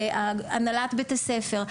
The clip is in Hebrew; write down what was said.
הנהלת בית הספר.